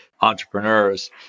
entrepreneurs